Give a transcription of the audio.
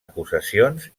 acusacions